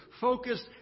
focused